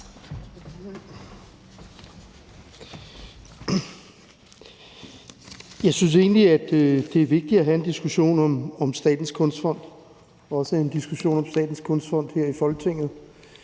Jeg synes egentlig, at det er vigtigt at have en diskussion om Statens Kunstfond og også en diskussion om Statens Kunstfond her i Folketinget.